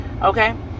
Okay